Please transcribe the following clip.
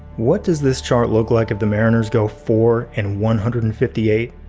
what does this chart look like of the mariners go for in one hundred and fifty eight?